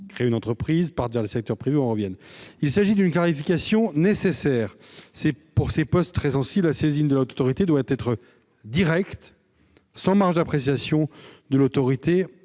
créent une entreprise, partent vers le secteur privé ou en reviennent. Il s'agit d'une clarification nécessaire : pour ces postes très sensibles, la saisine de la Haute Autorité doit être directe, sans marge d'appréciation de l'autorité